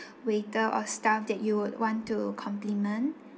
waiter or staff that you would want to compliment